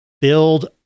build